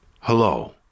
Hello